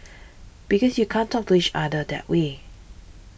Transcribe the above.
because you can't talk to each other that way